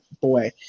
boy